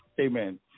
Amen